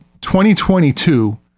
2022